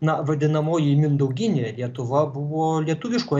na vadinamoji mindauginė lietuva buvo lietuviško